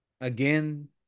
Again